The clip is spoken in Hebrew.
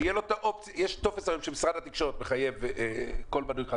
שתהיה לו האופציה הרי יש טופס שמשרד התקשורת מחייב כל מנוי חדש.